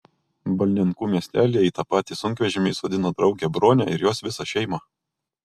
balninkų miestelyje į tą patį sunkvežimį įsodino draugę bronę ir jos visą šeimą